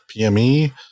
PME